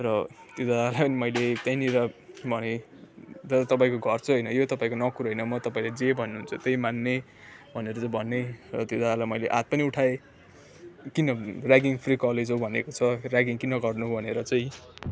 र त्यो दादालाई पनि मैले त्यहीँनिर भनेँ दादा तपाईँको घर चाहिँ होइन यो तपाईँको नोकर होइन म तपाईँले जे भन्नुहुन्छ त्यही मान्ने भनेर चाहिँ भनेँ र त्यो दादालाई चाहिँ मैले हात पनि उठाएँ किन र्यागिङ फ्री कलेज हो भनेको छ र्यागिङ किन गर्नु भनेर चाहिँ